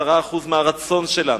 10% מהרצון שלנו,